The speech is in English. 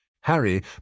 Harry